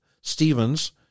Stevens